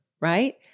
right